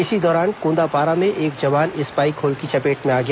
इसी दौरान कोंदापारा में एक जवान स्पाईक होल की चपेट में आ गया